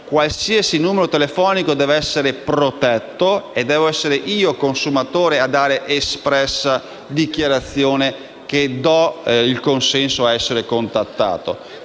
qualsiasi numero telefonico deve essere protetto e devo essere io consumatore a dare espressa autorizzazione a essere contattato.